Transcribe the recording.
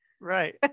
Right